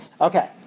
Okay